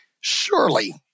Surely